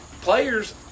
Players